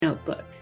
notebook